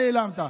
נעלמת.